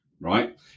right